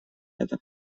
это